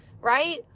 Right